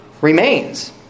remains